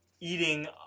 eating